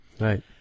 right